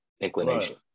inclination